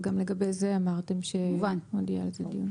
גם לגבי זה אמרתם שנגיע לזה.